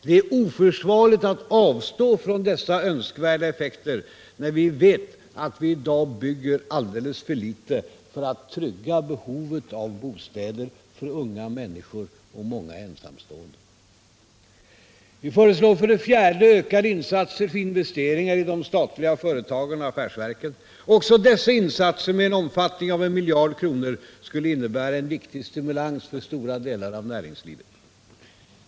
Det är oförsvarligt att avstå från dessa önskvärda effekter när vi vet att vi i dag bygger alldeles för litet för att trygga behovet av bostäder för unga människor och för många ensamstående. Vi föreslår, för det fjärde, ökade insatser för investeringar i de statliga företagen och affärsverken. Också dessa insatser, med en omfattning av 1 miljard kronor, skulle innebära en viktig stimulans för stora delar av näringslivet.